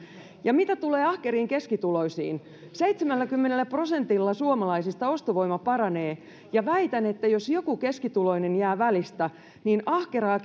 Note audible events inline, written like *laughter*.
ja mitä tulee ahkeriin keskituloisiin seitsemälläkymmenellä prosentilla suomalaisista ostovoima paranee ja väitän että jos joku keskituloinen jää välistä niin ahkeraa *unintelligible*